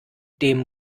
dem